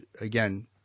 again